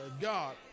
God